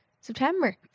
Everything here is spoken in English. September